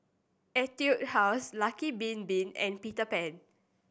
Etude House Lucky Bin Bin and Peter Pan